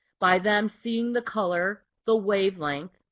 by them seeing the color, the wavelength,